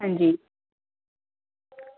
अंजी